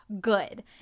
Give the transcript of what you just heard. good